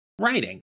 writing